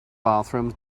bathroom